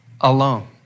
alone